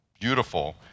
beautiful